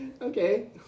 okay